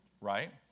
right